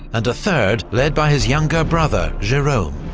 and a third led by his younger brother jerome,